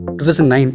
2009